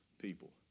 people